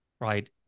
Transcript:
right